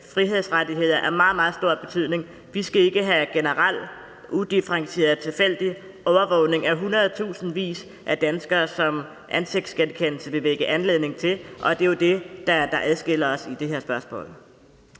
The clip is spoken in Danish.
frihedsrettigheder af meget, meget stor betydning. Vi skal ikke have generel, udifferentieret, tilfældig overvågning af hundredtusindvis af danskere, som ansigtsgenkendelse vil give anledning til. Det er jo det, der adskiller os i det her spørgsmål.